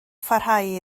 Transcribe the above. pharhau